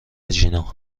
جینا